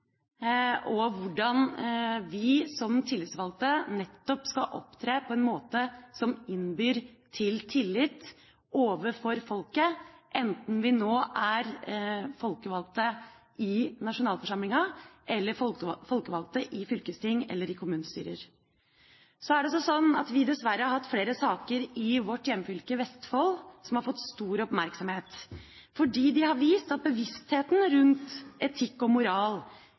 og om hvordan vi som tillitsvalgte skal opptre på en måte som innbyr til tillit overfor folket, enten vi er folkevalgte i nasjonalforsamlingen eller folkevalgte i fylkesting eller i kommunestyrer. Så er det slik at vi dessverre har hatt flere saker i vårt hjemfylke, Vestfold, som har fått stor oppmerksomhet, fordi de har vist at bevisstheten rundt etikk og moral